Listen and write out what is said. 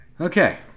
okay